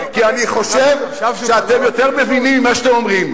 כי אני חושב שאתם יותר מבינים ממה שאתם אומרים.